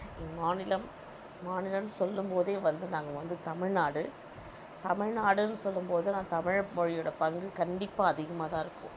எங்கள் மாநிலம் மாநிலன்னு சொல்லும் போதே வந்து நாங்கள் வந்து தமிழ்நாடு தமிழ்நாடுனு சொல்லும் போதுலாம் தமிழ் மொழியோடய பங்கு கண்டிப்பாக அதிகமாகதான் இருக்கும்